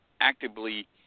actively